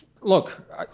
look